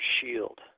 shield